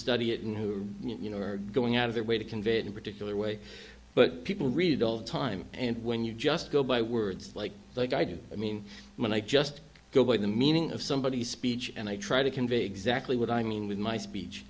study it and who you know are going out of their way to convey it in particular way but people read all the time and when you just go by words like like i do i mean when i just go by the meaning of somebody's speech and i try to convey exactly what i mean with my speech